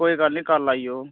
कोई गल्ल नेईं कल आई जाओ